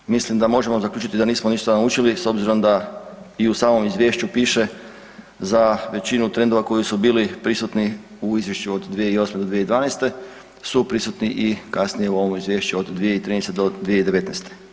Isto tako, mislim da možemo zaključiti da nismo ništa naučili s obzirom da i u samom izvješću piše za većinu trendova koji su bili prisutni u izvješću od 2008. do 2012. su prisutni i kasnije u ovom izvješću od 2013. do 2019.